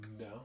No